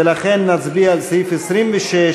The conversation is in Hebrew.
ולכן, נצביע על סעיף 26,